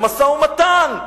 במשא-ומתן,